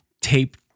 tape